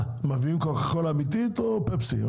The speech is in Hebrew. מביאים קוקה קולה אמיתית או פפסי?